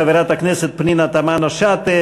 חברת הכנסת פנינה תמנו-שטה,